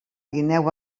guineu